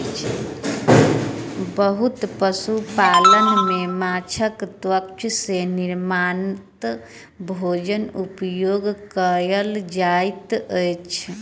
बहुत पशु पालन में माँछक तत्व सॅ निर्मित भोजनक उपयोग कयल जाइत अछि